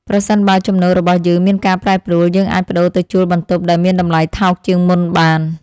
ប្រសិនបើចំណូលរបស់យើងមានការប្រែប្រួល យើងអាចប្តូរទៅជួលបន្ទប់ដែលមានតម្លៃថោកជាងមុនបាន។